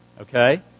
okay